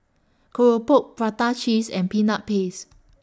Keropok Prata Cheese and Peanut Paste